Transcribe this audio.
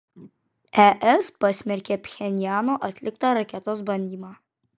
es pasmerkė pchenjano atliktą raketos bandymą